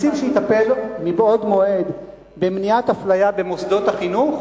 נציב שיטפל מבעוד מועד במניעת אפליה במוסדות החינוך